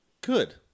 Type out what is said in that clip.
Good